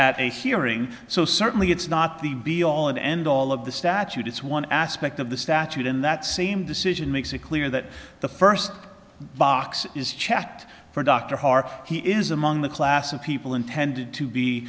at a searing so certainly it's not the be all and end all of the statute it's one aspect of the statute in that same decision makes it clear that the first box is checked for dr har he is among the class of people intended to be